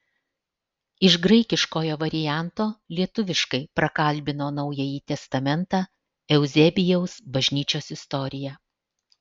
iš graikiškojo varianto lietuviškai prakalbino naująjį testamentą euzebijaus bažnyčios istoriją